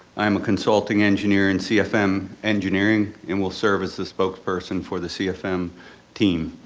i'm a consulting engineer in cfm engineering and will serve as the spokesperson for the cfm team.